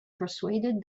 persuaded